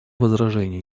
возражений